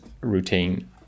routine